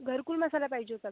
घरकुल मसाला पाहिजे होता